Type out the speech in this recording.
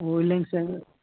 ஓ இல்லைங்க சார்